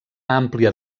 àmplia